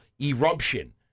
Eruption